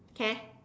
can